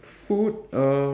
food uh